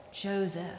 Joseph